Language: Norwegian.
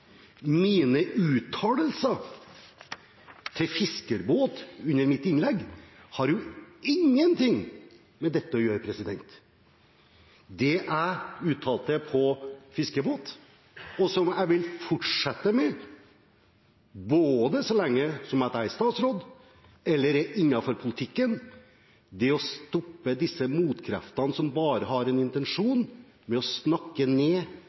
Mine uttalelser til Fiskebåt under mitt innlegg har ingenting med dette å gjøre. Det jeg uttalte på årsmøtet til Fiskebåt, og som jeg vil fortsette med så lenge jeg er statsråd, eller er innenfor politikken, går på å stoppe disse motkreftene som bare har en intensjon om å snakke ned